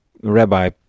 rabbi